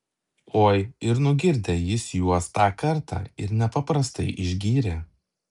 oi ir nugirdė jis juos tą kartą ir nepaprastai išgyrė